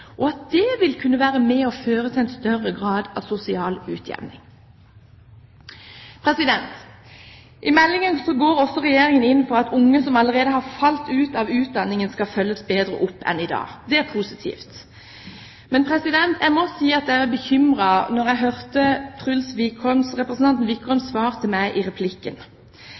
hjem og skole vil kunne føre til en større grad av sosial utjevning. I meldingen går også Regjeringen inn for at unge som allerede har falt ut av utdanningen, skal følges bedre opp enn i dag. Det er positivt, men jeg må si at jeg ble bekymret da jeg hørte representanten Truls Wickholms svar på min replikk. Hvis du i